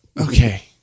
Okay